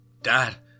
Dad